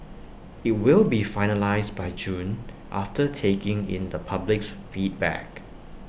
IT will be finalised by June after taking in the public's feedback